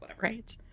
right